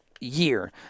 year